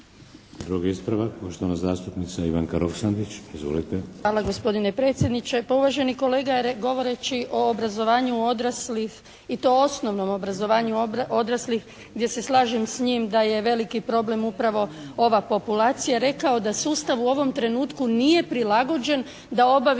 Drugi ispravak. Poštovana zastupnica Ivanka Roksandić. Izvolite! **Roksandić, Ivanka (HDZ)** Hvala gospodine predsjedniče. Pa uvaženi kolega je govoreći o obrazovanju odraslih i to osnovnom obrazovanju odraslih gdje se slažem s njim da je veliki problem upravo ova populacija, rekao da sustav u ovom trenutku nije prilagođen da obavi